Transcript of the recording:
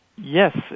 Yes